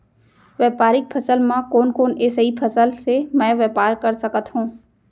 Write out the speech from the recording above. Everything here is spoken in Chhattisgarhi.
व्यापारिक फसल म कोन कोन एसई फसल से मैं व्यापार कर सकत हो?